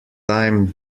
time